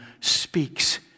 speaks